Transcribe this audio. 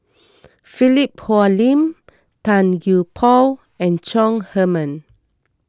Philip Hoalim Tan Gee Paw and Chong Heman